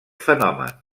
fenomen